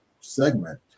segment